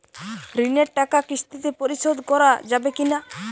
ঋণের টাকা কিস্তিতে পরিশোধ করা যাবে কি না?